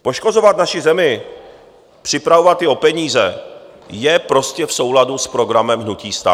Poškozovat naši zemi, připravovat ji o peníze je prostě v souladu s programem hnutí STAN.